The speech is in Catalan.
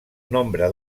nombre